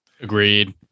agreed